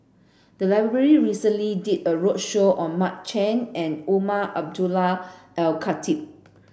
the library recently did a roadshow on Mark Chan and Umar Abdullah Al Khatib